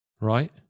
right